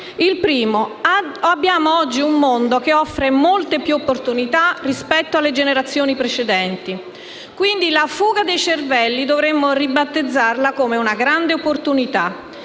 In primo luogo, noi viviamo oggi in un mondo che offre molte più opportunità rispetto alle generazioni precedenti. Quindi la fuga dei cervelli dovremmo ribattezzarla come una grande opportunità.